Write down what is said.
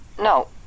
no